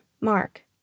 Mark